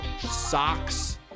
socks